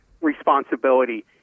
responsibility